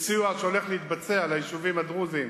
סיוע שהולך להתבצע ליישובים הדרוזיים